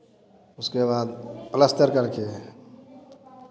उसके बाद पलस्तर करके